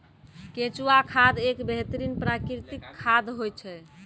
केंचुआ खाद एक बेहतरीन प्राकृतिक खाद होय छै